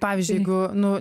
pavyzdžiui jeigu nu